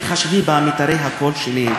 תתחשבי במיתרי הקול שלי,